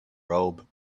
robe